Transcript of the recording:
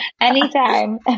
Anytime